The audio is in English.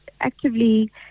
actively